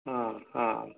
ହଁ ହଁ